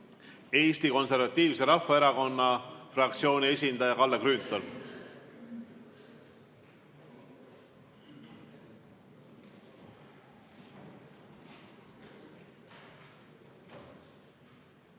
Eesti Konservatiivse Rahvaerakonna fraktsiooni esindaja Kalle Grünthali.